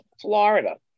Florida